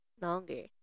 longer